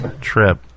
trip